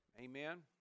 amen